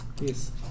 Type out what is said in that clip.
Yes